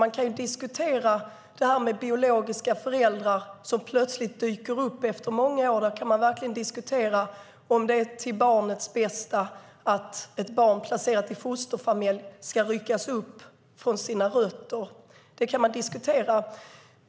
Man kan diskutera detta med biologiska föräldrar som plötsligt dyker upp efter många år. Där kan man verkligen diskutera om det är till barnets bästa att ett barn placerat i fosterfamilj ska ryckas upp från sina rötter. Det kan man diskutera.